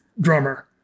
drummer